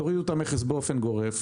תורידו את המכס באופן גורף,